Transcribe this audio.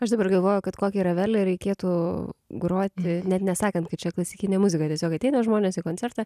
aš dabar galvoju kad kokį ravelį reikėtų groti net nesakant kad čia klasikinė muzika tiesiog ateina žmonės į koncertą